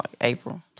April